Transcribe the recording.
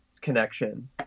connection